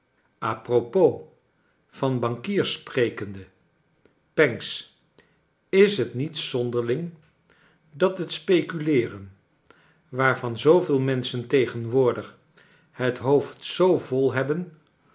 a propos van bankiers sprekende pancks is het niet zonderling dat het speculeeren waarvan zooveel menschen tegenwoordig het hoofd zoo vol hebben